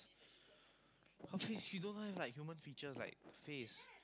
her face she don't have like human features like the face